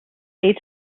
with